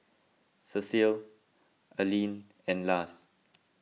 Cecile Alene and Lars